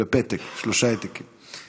בפתק, שלושה העתקים.